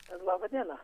laba diena